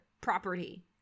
property